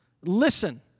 Listen